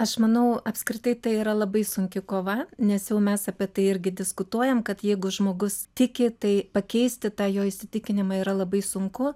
aš manau apskritai tai yra labai sunki kova nes jau mes apie tai irgi diskutuojam kad jeigu žmogus tiki tai pakeisti tą jo įsitikinimą yra labai sunku